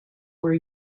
were